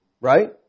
right